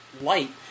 light